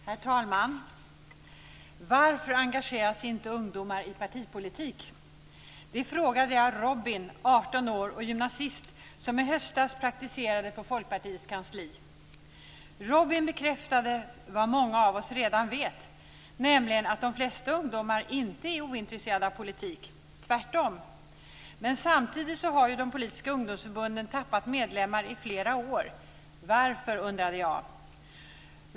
Herr talman! Varför engagerar sig inte ungdomar i partipolitik? Det frågade jag Robin, 18 år och gymnasist, som i höstas praktiserade på Folkpartiets kansli. Robin bekräftade vad många av oss redan vet, nämligen att de flesta ungdomar inte är ointresserade av politik - tvärtom. Men samtidigt har ju de politiska ungdomsförbunden tappat medlemmar i flera år. Jag undrade varför.